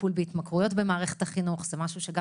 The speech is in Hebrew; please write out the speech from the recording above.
טיפול בהתמכרויות במערכת החינוך זה דבר שגם